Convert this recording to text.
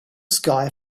sky